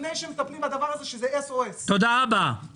לפני שמטפלים בדבר הזה שזה SOS. תודה רבה.